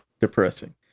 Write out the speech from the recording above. depressing